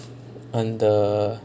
on the